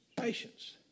patience